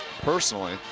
personally